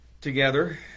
together